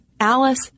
Alice